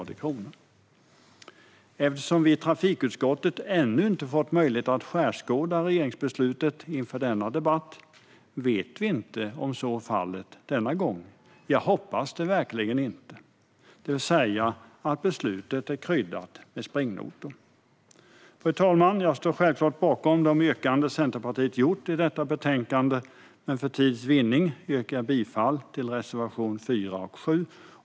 Eftersom vi i trafikutskottet ännu inte har fått möjlighet att skärskåda regeringsbeslutet inför denna debatt vet vi inte om så är fallet denna gång, det vill säga att beslutet är kryddat med springnotor. Jag hoppas verkligen att det inte är så. Fru talman! Jag står bakom de yrkanden Centerpartiet har i betänkandet, men för tids vinnande yrkar jag bifall enbart till reservationerna 4 och 7.